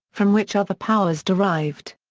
from which other powers derived.